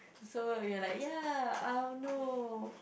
so we're like ya uh no